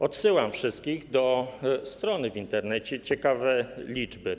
Odsyłam wszystkich do strony w Internecie Ciekaweliczby.pl.